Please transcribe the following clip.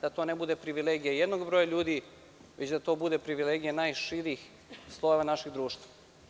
Da to ne bude privilegija jednog broja ljudi, već da to bude privilegija najširih slojeva našeg društva.